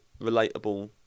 relatable